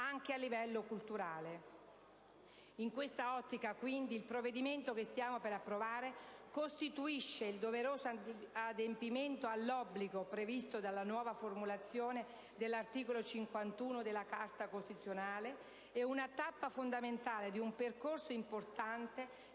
anche a livello culturale. In questa ottica, quindi, il provvedimento che stiamo per approvare costituisce il doveroso adempimento dell'obbligo previsto dalla nuova formulazione dell'articolo 51 della nostra Carta costituzionale e una tappa fondamentale di un percorso importante